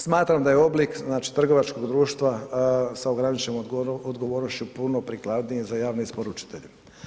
Smatram da je oblik, znači, trgovačkog društva sa ograničenom odgovornošću puno prikladniji za javne isporučitelje.